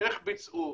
איך ביצעו.